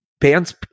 bands